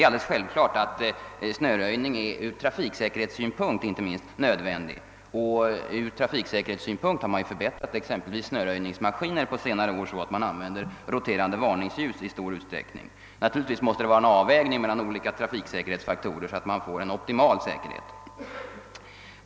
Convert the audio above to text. Snöröjning är självfallet nödvändig, inte minst ur trafiksäkerhetssynpunkt, och för att öka trafiksäkerheten har man också på senare år förbättrat snöröjningsmaskinerna och använder nu i stor utsträckning bl.a. maskiner med roterande varningsljus. Man måste givetvis göra en avvägning mellan olika trafiksäkerhetsfaktorer, så att man får en optimal säkerhet.